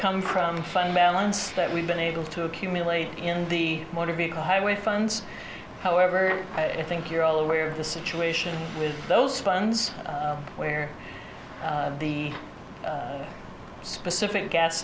come from fund balance that we've been able to accumulate in the motor vehicle highway funds however i think you're aware of the situation with those funds where the specific gas